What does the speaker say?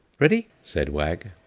ready? said wag,